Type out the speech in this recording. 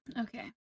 okay